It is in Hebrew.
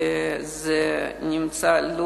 וזה נמצא על